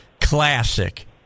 Classic